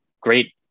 great